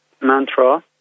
Mantra